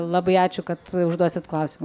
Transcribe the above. labai ačiū kad užduosit klausimą